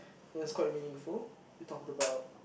it was quite meaningful we talk about